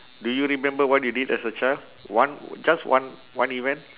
do you remember what you did as a child one just one one event